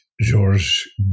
George